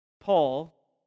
Paul